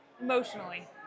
emotionally